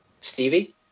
Stevie